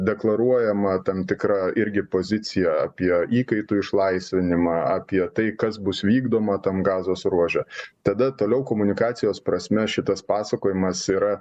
deklaruojama tam tikra irgi pozicija apie įkaitų išlaisvinimą apie tai kas bus vykdoma tam gazos ruože tada toliau komunikacijos prasme šitas pasakojimas yra